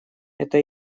это